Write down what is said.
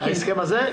ההסכם הזה?